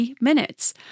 minutes